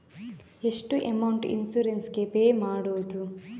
ಎಷ್ಟು amount insurance ಗೇ pay ಮಾಡುವುದು?